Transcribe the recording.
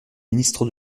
ministre